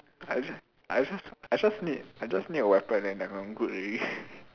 I just I just I just need I just need a weapon and I'm good already